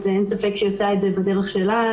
אין ספק שהיא עושה את זה בדרך שלה.